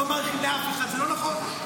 לא מאריכים לאף אחד, זה לא נכון.